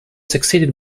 succeeded